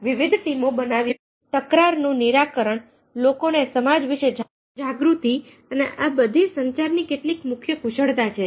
વિવિધ ટીમો બનાવી તકરાર નું નિરાકરણ લોકોને સમાજ વિશે જાગૃતિઅને આ બધી સંચારની કેટલીક મુખ્ય કુશળતા છે